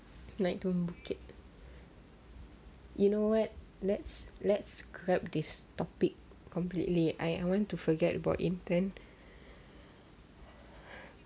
naik turun bukit you know what let's let's grab this topic completely I want to forget about intern